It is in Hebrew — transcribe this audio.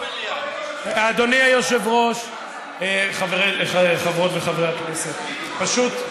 אדוני היושב-ראש, חברות וחברי הכנסת, פשוט,